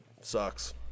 sucks